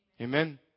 Amen